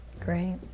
Great